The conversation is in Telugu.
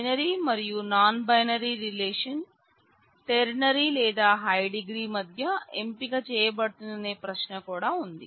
బైనరీ లేదా హై డిగ్రీ మధ్య ఎంపిక చేయబడుతుందనే ప్రశ్న కూడా ఉంది